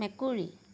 মেকুৰী